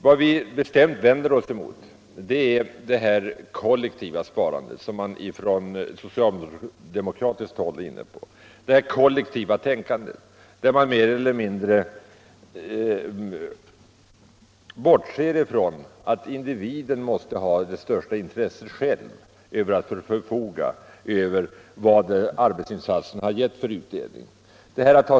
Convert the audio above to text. Vad vi bestämt vänder oss emot är det kollektiva sparandet, som man från socialdemokratiskt håll är inne på, det kollektiva tänkandet där man mer eller mindre bortser från att individen måste ha det största intresset av att själv förfoga över vad arbetsinsatserna har gett i utdelning.